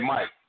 Mike